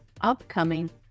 upcoming